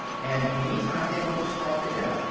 and any time they want to starve to death,